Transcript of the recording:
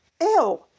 Ew